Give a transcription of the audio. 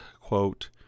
quote